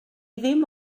ddim